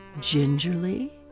Gingerly